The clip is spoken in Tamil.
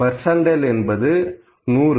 பர்சன்டைல் என்பது 100